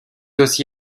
aussi